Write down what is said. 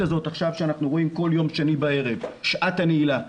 הזאת שאנחנו רואים כל יום שני בערב 'שעת הנעילה',